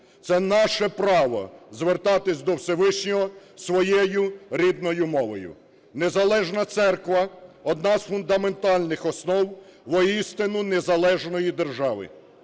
Це наше право – звертатись до Всевишнього своєю мовою. Незалежна церква – одна з фундаментальних основ воістину незалежної держави.